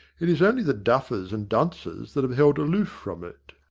it is only the duffers and dunces that have held aloof from it.